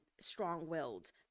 strong-willed